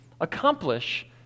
accomplish